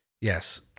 yes